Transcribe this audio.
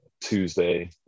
Tuesday